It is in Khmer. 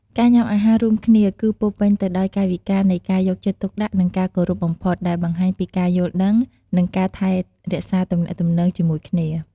ការញ៉ាំអាហាររួមគ្នា គឺពោរពេញទៅដោយកាយវិការនៃការយកចិត្តទុកដាក់ និងការគោរពបំផុត ដែលបង្ហាញពីការយល់ដឹង និងការថែរក្សាទំនាក់ទំនងជាមួយគ្នា។